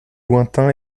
lointain